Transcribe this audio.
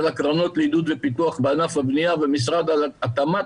הקרנות לעידוד ופיתוח בענף הבנייה במשרד התמ"ת,